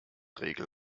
regel